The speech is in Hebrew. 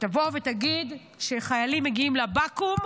שתבוא ותגיד שכשחיילים מגיעים לבקו"ם